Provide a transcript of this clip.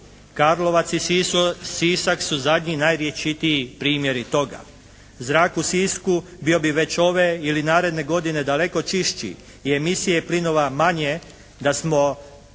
Karlovac i Sisak su zadnji najveći ti primjeri toga. Zrak u Sisku bio bi već ove ili naredne godine daleko čišći i emisije plinova manje da smo